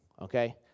okay